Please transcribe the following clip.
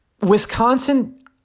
Wisconsin